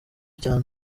cyane